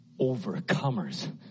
overcomers